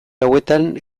hauetan